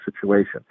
situation